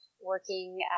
working